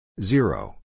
Zero